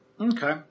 Okay